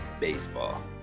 Baseball